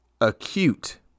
acute